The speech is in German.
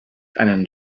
einen